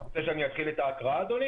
אתה רוצה שאני אתחיל את ההקראה, אדוני?